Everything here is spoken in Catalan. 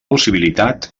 possibilitat